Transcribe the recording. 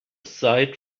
sight